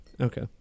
Okay